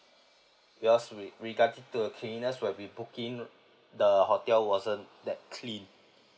because wi~ regarding to the cleanliness when we booking the hotel wasn't that clean